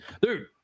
Dude